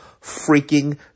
freaking